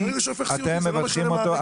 אתם מבטחים אותו,